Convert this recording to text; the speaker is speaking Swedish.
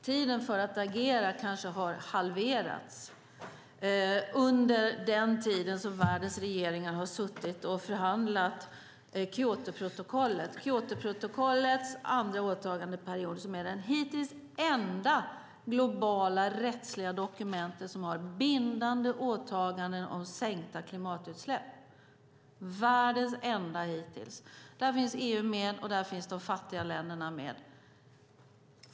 Tiden för att agera kanske har halverats under tiden som världens regeringar har suttit och förhandlat Kyotoprotokollet. Kyotoprotokollet med sin andra åtagandeperiod är det hittills enda globala rättsliga dokument som har bindande åtaganden om sänkta klimatutsläpp. Där finns EU med och där finns de fattiga länderna med.